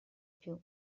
più